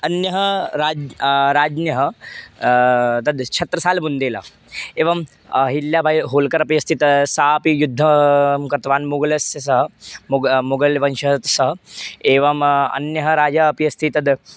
अन्यः राज् राज्ञः तद् छत्रसालबुन्देलः एवं अहिल्लाबैहोल्कर् अपि अस्ति त सा अपि युद्धं कृतवान् मुगलस्य स मुग मोगलवंशतः स एवम् अन्यः राजा अपि अस्ति तद्